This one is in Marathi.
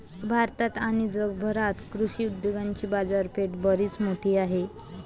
भारतात आणि जगभरात कृषी उद्योगाची बाजारपेठ बरीच मोठी आहे